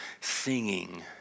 singing